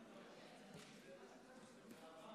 אני מודיעה שהצביעו בעד,